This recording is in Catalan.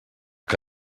que